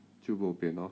就 bo pian lor